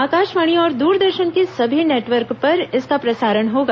आकाशवाणी और दूरदर्शन के सभी नेटवर्क पर इसका प्रसारण होगा